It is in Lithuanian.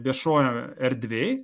viešoj erdvėj